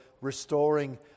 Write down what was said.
restoring